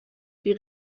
die